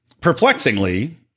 perplexingly